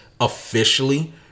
officially